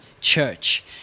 Church